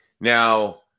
Now